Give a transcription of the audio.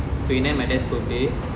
twenty nine my dad's birthday